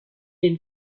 den